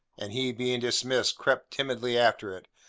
and he, being dismissed, crept timidly after it,